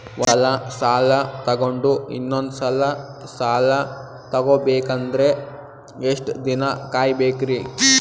ಒಂದ್ಸಲ ಸಾಲ ತಗೊಂಡು ಇನ್ನೊಂದ್ ಸಲ ಸಾಲ ತಗೊಬೇಕಂದ್ರೆ ಎಷ್ಟ್ ದಿನ ಕಾಯ್ಬೇಕ್ರಿ?